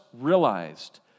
realized